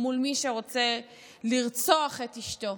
מול מי שרוצה לרצוח את אשתו.